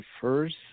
first